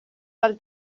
del